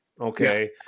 Okay